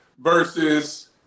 versus